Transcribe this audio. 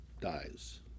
dies